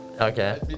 okay